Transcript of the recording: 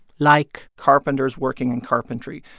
like. carpenters working in carpentry,